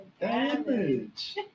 damage